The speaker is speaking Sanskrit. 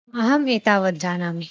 अहम् एतावत् जानामि